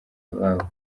ababo